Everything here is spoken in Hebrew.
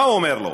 מה הוא אומר לו?